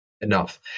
enough